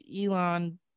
Elon